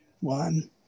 one